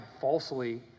falsely